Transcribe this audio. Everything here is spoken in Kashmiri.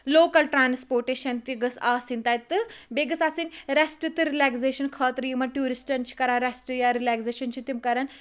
لوکَل ٹرانسپوٹیشَن تہِ گٔژھ آسٕنۍ تہٕ بیٚیہِ گٔژھ آسٕنۍ ریٚسٹ تہٕ رِلیگزیشَنہِ خٲطرٕ یِمَن ٹیورِسٹَن چھ کَران ریٚسٹ یا رِلیگزیشَن چھِ تِم کَران